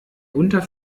unter